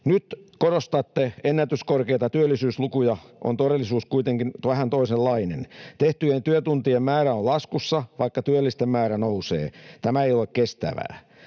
nyt korostatte ennätyskorkeita työllisyyslukuja, on todellisuus kuitenkin vähän toisenlainen. Tehtyjen työtuntien määrä on laskussa, vaikka työllisten määrä nousee. Tämä ei ole kestävää.